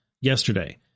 Yesterday